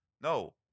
No